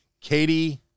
Katie